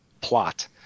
plot